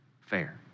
fair